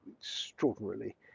extraordinarily